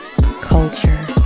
culture